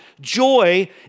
joy